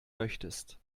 möchtest